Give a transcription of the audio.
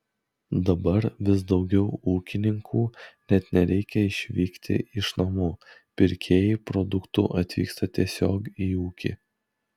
dabar vis daugiau ūkininkų net nereikia išvykti iš namų pirkėjai produktų atvyksta tiesiog į ūkį